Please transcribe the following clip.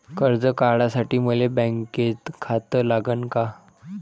कर्ज काढासाठी मले बँकेत खातं लागन का?